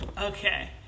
Okay